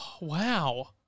wow